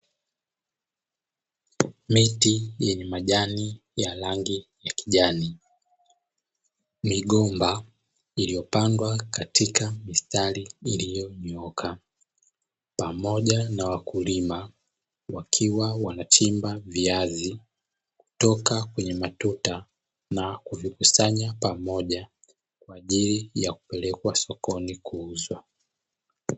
Miti yenye majani ya rangi ya kijani, migomba iliyopandwa katika mistari iliyonyooka pamoja na wakulima wakiwa wanachimba viazi kutoka kwenye matuta na kuvikusanya pamoja kwa ajili ya kupelekwa sokoni kuuzwa.